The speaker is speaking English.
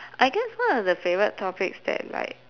I guess one of the favourite topics that like